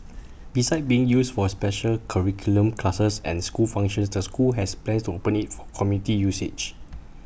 besides being used for special curricular classes and school functions the school has plans to open IT for community usage